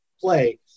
play